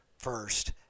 first